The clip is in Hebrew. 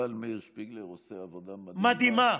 המנכ"ל מאיר שפיגלר עושה עבודה מדהימה.